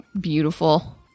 beautiful